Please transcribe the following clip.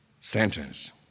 sentence